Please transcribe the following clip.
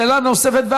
שאלה נוספת,